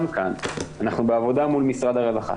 גם כאן, אנחנו בעבודה מול משרד הרווחה.